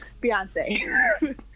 Beyonce